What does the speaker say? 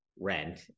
rent